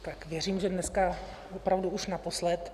Tak věřím, že dneska opravdu už naposled.